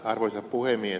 arvoisa puhemies